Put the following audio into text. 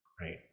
right